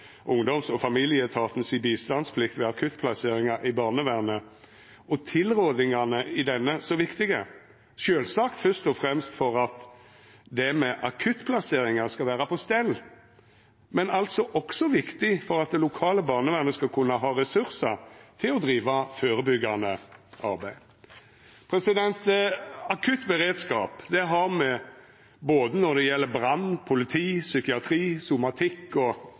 ungdoms- og familieetatens bistandsplikt ved akuttplasseringar i barnevernet, og tilrådingane i denne, så viktige – sjølvsagt først og fremst for at akuttplasseringar skal vera på stell, men også for at det lokale barnevernet skal kunna ha ressursar til å driva førebyggjande arbeid. Akutt beredskap har me både når det gjeld brann, politi, psykiatri, somatikk og